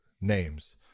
names